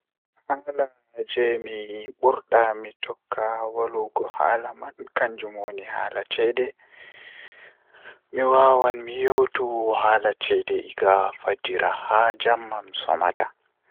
Haala jei mi yidi mi tokka wadugo haala man kanjum woni haala ceede mi waawan mi yewta haala ceede egaa fajjira haa jemma mi somata.